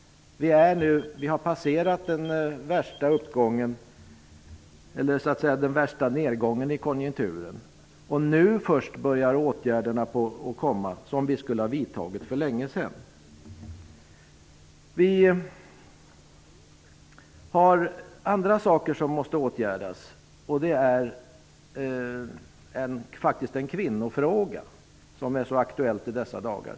Vi har passerat den värsta nedgången i konjunkturen. Nu först börjar vi vidta de åtgärder som vi skulle ha satt in för länge sedan. Det finns andra saker som måste åtgärdas. Det gäller t.ex. en kvinnofråga, vilket är aktuellt i dessa dagar.